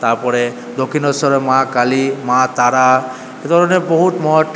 তারপরে দক্ষিণেশ্বরের মা কালী মা তারা এধরনের বহুত মঠ